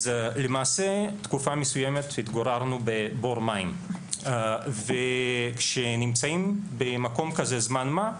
אז למעשה תקופה מסוימת התגוררנו בבור מים וכשנמצאים במקום הזה זמן מה,